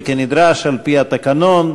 וכנדרש על-פי התקנון,